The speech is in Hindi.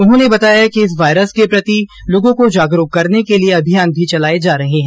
उन्होंने बताया कि इस वायरस के प्रति लोगों को जागरूक करने के लिए अभियान भी चलाए जा रहे है